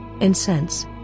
incense